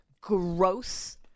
gross